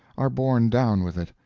are borne down with it.